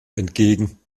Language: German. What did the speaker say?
entgegen